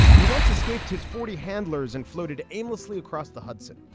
he once escaped his forty handlers and floated aimlessly across the hudson.